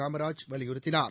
காமராஜ் வலியுறுத்தினார்